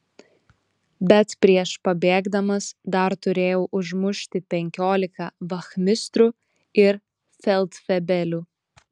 bet prieš pabėgdamas dar turėjau užmušti penkiolika vachmistrų ir feldfebelių